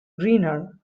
greener